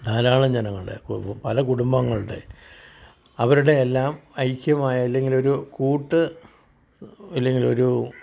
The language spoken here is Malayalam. ധാരാളം ജനങ്ങളുടെ പല കുടുംബങ്ങളുടെ അവരുടെ എല്ലാം ഐക്യമായ അല്ലെങ്കിൽ ഒരു കൂട്ട് അല്ലെങ്കിലൊരു